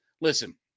listen